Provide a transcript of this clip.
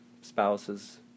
spouses